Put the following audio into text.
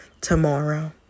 tomorrow